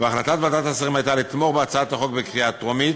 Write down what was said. והחלטת ועדת השרים הייתה לתמוך בהצעת החוק בקריאה טרומית,